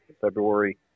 February